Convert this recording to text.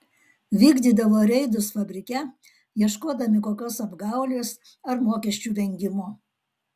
vykdydavo reidus fabrike ieškodami kokios apgaulės ar mokesčių vengimo